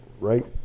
right